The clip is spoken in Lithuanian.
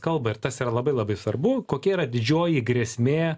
kalba ir tas yra labai labai svarbu kokia yra didžioji grėsmė